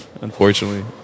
unfortunately